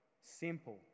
simple